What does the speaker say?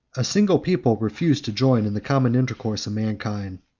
a single people refused to join in the common intercourse of mankind.